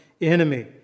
enemy